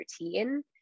routine